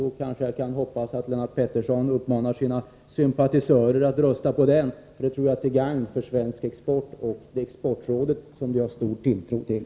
Då kanske jag kan hoppas att Lennart Pettersson uppmanar sina sympatisörer att rösta På reservationen. Det tror jag skulle vara till gagn för svensk export och för Exportrådet, som vi har stor tilltro till.